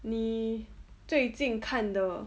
你最近看的